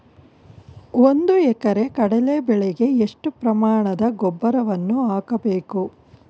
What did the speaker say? ಒಂದು ಎಕರೆ ಕಡಲೆ ಬೆಳೆಗೆ ಎಷ್ಟು ಪ್ರಮಾಣದ ಗೊಬ್ಬರವನ್ನು ಹಾಕಬೇಕು?